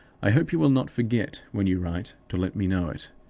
i hope you will not forget, when you write, to let me know it.